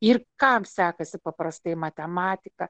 ir kam sekasi paprastai matematika